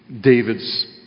David's